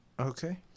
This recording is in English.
Okay